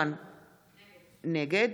נגד